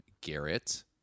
Garrett